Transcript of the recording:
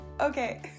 Okay